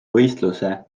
võistluse